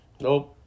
Nope